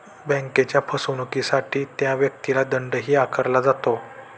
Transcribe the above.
बँकेच्या फसवणुकीसाठी त्या व्यक्तीला दंडही आकारला जातो